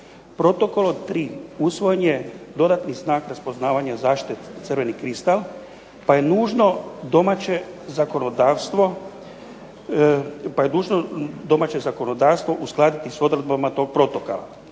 Protokolom tri usvojen je dodatni znak raspoznavanja zaštite crveni kristal, pa je nužno domaće zakonodavstvo uskladiti sa odredbama tog protokola.